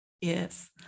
Yes